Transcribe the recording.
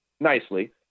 nicely